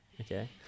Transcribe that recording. okay